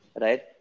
right